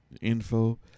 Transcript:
info